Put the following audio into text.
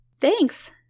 Thanks